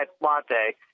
latte